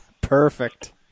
Perfect